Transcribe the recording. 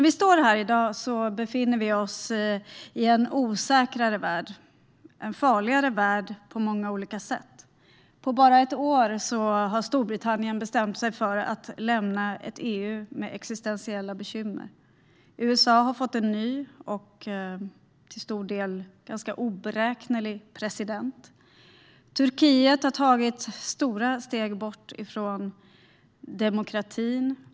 I dag befinner vi oss i en osäkrare värld, en farligare värld på många olika sätt. På bara ett år har Storbritannien bestämt sig för att lämna ett EU med existentiella bekymmer. USA har fått en ny och ganska oberäknelig president. Turkiet har tagit stora steg bort från demokratin.